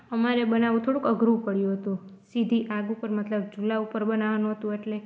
અમારે બનાવું થોડુંક અઘરું પડ્યું હતું સીધી આગ ઉપર મતલબ ચૂલા ઉપર બનાવવાનું હતું એટલે